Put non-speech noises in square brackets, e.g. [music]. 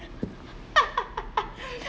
[laughs]